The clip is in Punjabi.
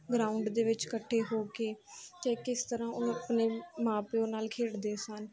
ਗਰਾਊਂਡ ਦੇ ਵਿੱਚ ਇਕੱਠੇ ਹੋ ਕੇ ਅਤੇ ਕਿਸ ਤਰ੍ਹਾਂ ਉਹ ਆਪਣੇ ਮਾਂ ਪਿਓ ਨਾਲ ਖੇਡਦੇ ਸਨ